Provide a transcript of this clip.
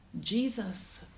Jesus